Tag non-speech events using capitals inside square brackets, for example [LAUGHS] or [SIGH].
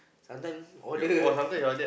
sometime order [LAUGHS]